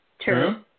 True